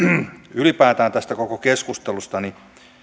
ylipäätään tästä koko keskustelusta